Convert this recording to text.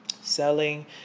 selling